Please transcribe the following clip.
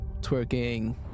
twerking